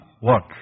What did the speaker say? work